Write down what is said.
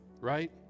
right